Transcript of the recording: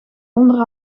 onder